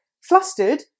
flustered